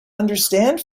understand